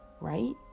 right